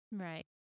Right